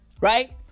right